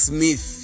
Smith